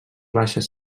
baixes